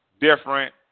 different